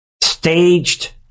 Staged